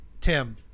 Tim